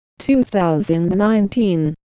2019